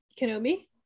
Kenobi